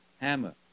hammer